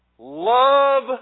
Love